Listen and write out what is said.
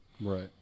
Right